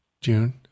June